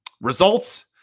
Results